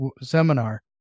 seminar